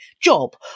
job